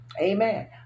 Amen